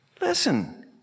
Listen